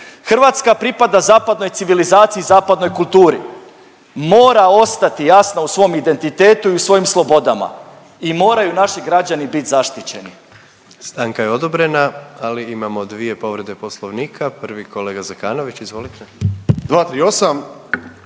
Hrvatska pripada zapadnoj civilizaciji, zapadnoj kulturi. Mora ostati jasna u svom identitetu i svojim slobodama i moraju naši građani bit zaštićeni. **Jandroković, Gordan (HDZ)** Stanka je odobrena. Ali imamo dvije povrede Poslovnika. Prvi kolega Zekanović. Izvolite. **Zekanović,